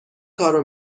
کارو